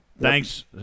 Thanks